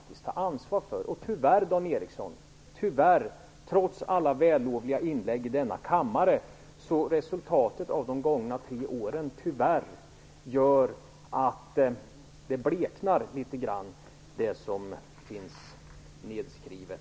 Tyvärr gör resultatet av de gångna tre åren, Dan Ericsson - trots alla vällovliga inlägg i denna kammare - att det som finns nedskrivet litet grand bleknar.